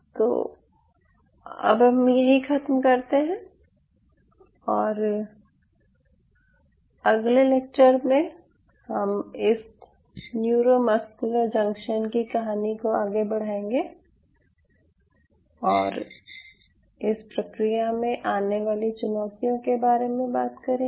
तो अब हम यहीं ख़त्म करते हैं और अगले लेक्चर में हम इस न्यूरोमस्कुलर जंक्शन की कहानी को आगे बढ़ाएंगे और इस प्रक्रिया में आने वाली चुनौतियों के बारे में बात करेंगे